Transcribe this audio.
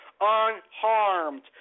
unharmed